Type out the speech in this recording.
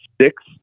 six